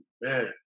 man